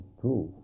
true